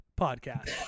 podcast